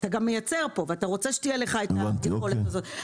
אתה גם מייצר פה ואתה רוצה שתהיה לך את היכולת הזאת.